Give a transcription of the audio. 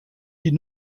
die